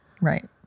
Right